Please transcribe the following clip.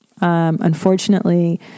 Unfortunately